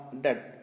dead